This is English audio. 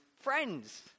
friends